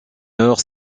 heure